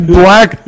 black